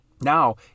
Now